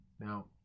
now